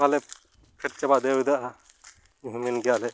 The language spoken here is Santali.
ᱵᱟᱞᱮ ᱯᱷᱮᱰ ᱪᱟᱵᱟ ᱫᱟᱹᱲᱮᱣᱫᱟ ᱧᱩᱦᱩᱢᱮᱱ ᱜᱮᱭᱟᱞᱮ